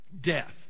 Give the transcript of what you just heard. Death